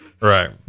Right